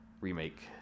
remake